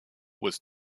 was